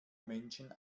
menschen